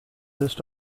list